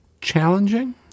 challenging